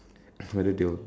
don't know whether they will